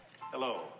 Hello